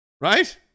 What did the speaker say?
Right